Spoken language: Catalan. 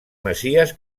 masies